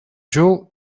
ҫул